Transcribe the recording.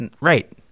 Right